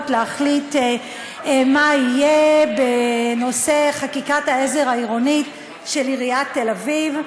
להחליט מה יהיה בנושא חקיקת העזר העירונית של עיריית תל-אביב.